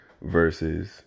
versus